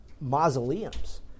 mausoleums